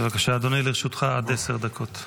בבקשה, אדוני, לרשותך עד עשר דקות.